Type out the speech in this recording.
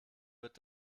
wird